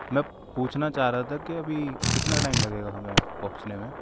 میں پوچھنا چاہ رہا تھا کہ ابھی کتنا ٹائم لگےگا ہمیں پہنچنے میں